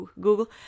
Google